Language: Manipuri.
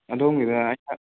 ꯑꯗꯣꯝꯒꯤꯗ